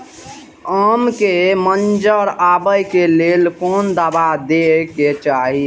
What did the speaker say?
आम के मंजर आबे के लेल कोन दवा दे के चाही?